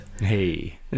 Hey